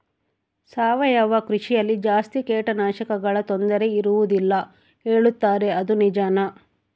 ಸಾವಯವ ಕೃಷಿಯಲ್ಲಿ ಜಾಸ್ತಿ ಕೇಟನಾಶಕಗಳ ತೊಂದರೆ ಇರುವದಿಲ್ಲ ಹೇಳುತ್ತಾರೆ ಅದು ನಿಜಾನಾ?